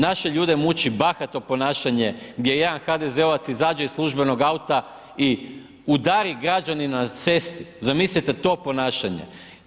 Naše ljude muči bahato ponašanje gdje jedan HDZ-ovac izađe iz službenog auta i udari građanina na cesti, zamislite to ponašanje?